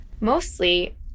Mostly